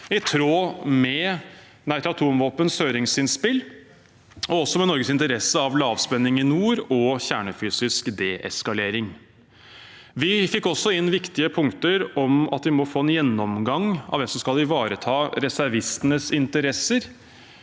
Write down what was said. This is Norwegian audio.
i tråd med Nei til atomvåpens høringsinnspill og også i tråd med Norges interesse av lavspenning i nord og kjernefysisk deeskalering. Vi fikk også inn viktige punkter om at vi må få en gjennomgang av hvem som skal ivareta reservistenes interesser,